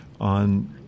on